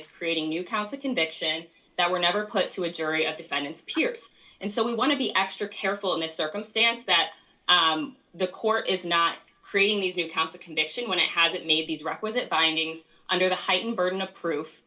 is creating new counsel conviction that were never put to a jury of defendants peers and so we want to be extra careful in this circumstance that the court is not creating these new types of conviction when it hasn't made these requisite finding under the heightened burden of proof